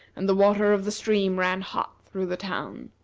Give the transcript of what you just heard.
and the water of the stream ran hot through the town.